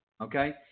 okay